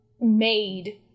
made